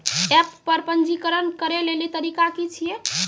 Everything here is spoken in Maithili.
एप्प पर पंजीकरण करै लेली तरीका की छियै?